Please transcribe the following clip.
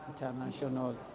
international